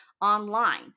online